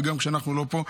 וגם כשאנחנו לא פה,